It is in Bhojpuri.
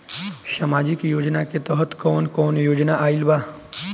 सामाजिक योजना के तहत कवन कवन योजना आइल बा?